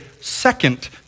second